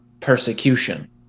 persecution